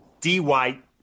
D-White